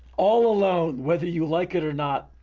all alone, whether you like it or not,